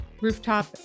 Rooftop